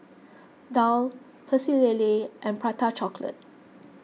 Daal Pecel Lele and Prata Chocolate